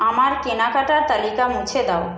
আমার কেনাকাটার তালিকা মুছে দাও